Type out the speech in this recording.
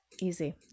Easy